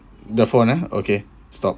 the phone ah okay stop